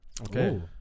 Okay